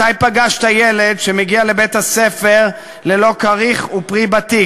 מתי פגשת ילד שמגיע לבית-הספר ללא כריך ופרי בתיק?